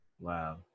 Wow